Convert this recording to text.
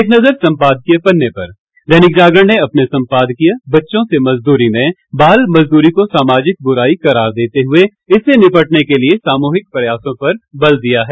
एक नजर संपादकीय पन्ने पर दैनिक जागरण ने अपने संपादकीय बच्चों से मजदूरी में बाल मजदूरी को सामाजिक बुराई करार देते हुए इससे निपटने के लिए सामूहिक प्रयासों पर बल दिया है